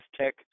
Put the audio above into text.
Tech